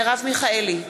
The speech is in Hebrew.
מרב מיכאלי,